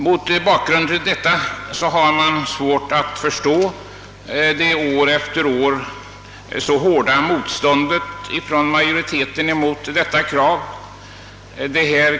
Mot bakgrunden av detta har man svårt att förstå det år efter år så hårda motståndet från utskottsmajoritetens sida mot detta krav.